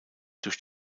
durch